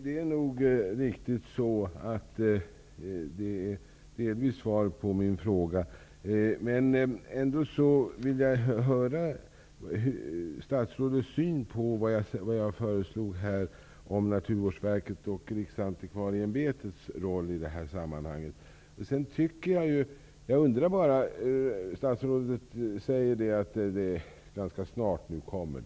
Fru talman! Ja, detta var nog delvis svar på min fråga. Jag skulle ändock vilja höra vilka synpunkter statsrådet har på mitt förslag om Naturvårdsverkets och Riksantikvarieämbetets roll i det här sammanhanget. Statsrådet säger att det ganska snart skall fattas beslut om direktiven.